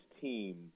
team